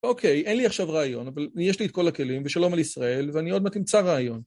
אוקיי, אין לי עכשיו רעיון, אבל, יש לי את כל הכלים, ושלום על ישראל, ואני עוד מעט אמצא רעיון.